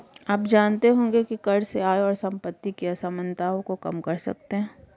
आप जानते होंगे की कर से आय और सम्पति की असमनताओं को कम कर सकते है?